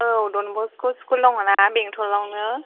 औ डनबस्क' स्कुल दङना बेंथलावनो